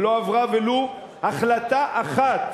ולא עברה ולו החלטה אחת